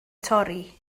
torri